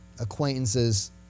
acquaintances